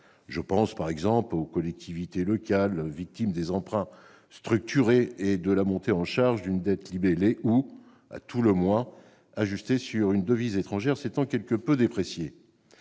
Je pense, par exemple, aux collectivités locales victimes des emprunts structurés et de la montée en charge d'une dette libellée ou, à tout le moins, ajustée sur une devise étrangère s'étant quelque peu appréciée.